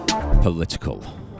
political